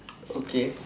okay